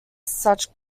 such